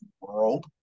world